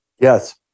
yes